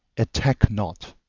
attack not.